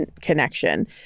connection